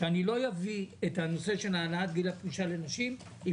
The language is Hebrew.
שאני לא אביא את הנושא של העלאת גיל הפרישה לנשים אם